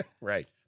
Right